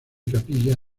capilla